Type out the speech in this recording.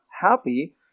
happy